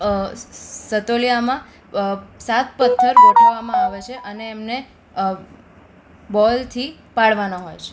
સતોલિયામાં સાત પથ્થર ગોઠવવામાં આવે છે અને એમને બોલથી પાડવાના હોય છે